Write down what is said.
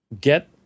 Get